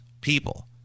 people